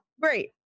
Great